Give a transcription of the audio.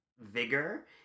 vigor